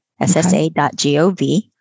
ssa.gov